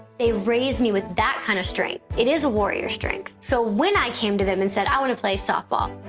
they raised me with that kind of strength. it is a warrior strength. so when i came to them and said, i want to play softball,